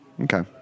Okay